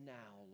now